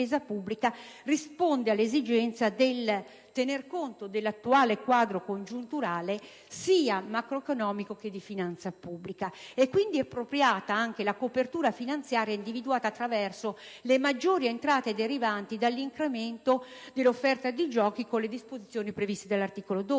risponde all'esigenza di tenere conto dell'attuale quadro congiunturale, sia macroeconomico, che di finanza pubblica. È quindi appropriata anche la copertura finanziaria individuata attraverso le maggiori entrate derivanti dall'incremento dell'offerta dei giochi con le disposizioni previste dall'articolo 12.